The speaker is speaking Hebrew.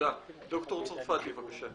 דוקטור צרפתי, בבקשה.